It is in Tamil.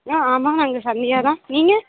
ம் ஆமாம் நாங்கள் சந்தியாதான் நீங்கள்